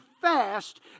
fast